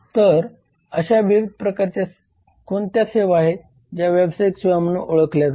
तर अशा विविध प्रकारच्या कोणत्या सेवा आहेत ज्या व्यावसायिक सेवा म्हणून ओळखल्या जातात